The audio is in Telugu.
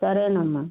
సరేనమ్మ